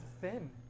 thin